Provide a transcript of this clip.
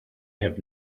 have